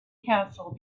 castle